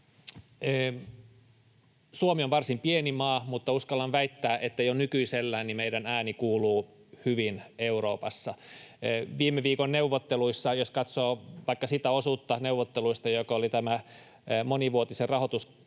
Suomi on varsin pieni maa, mutta uskallan väittää, että jo nykyisellään meidän ääni kuuluu hyvin Euroopassa. Viime viikon neuvotteluissa, jos katsoo vaikka sitä osuutta neuvotteluista, joka oli tämä monivuotisen rahoituskehyksen